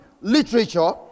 literature